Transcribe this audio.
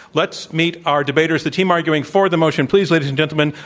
let's meet our debaters. the team arguing for the motion, please, ladies and gentlemen,